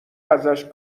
ازش